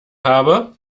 habe